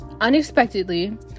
Unexpectedly